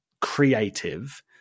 creative